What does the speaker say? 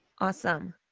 Awesome